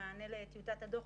במענה לטיוטת הדוח,